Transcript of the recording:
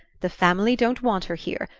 the family don't want her here,